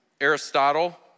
Aristotle